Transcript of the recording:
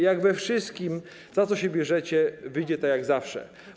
Jak we wszystkim, za co się bierzecie, wyjdzie tak jak zawsze.